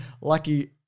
lucky